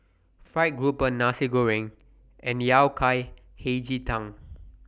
Fried Grouper Nasi Goreng and Yao Cai Hei Ji Tang